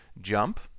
jump